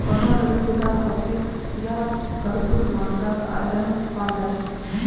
कटहल रेशेदार ह छेक यहात भरपूर मात्रात आयरन पाल जा छेक